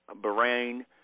Bahrain